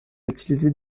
utiliser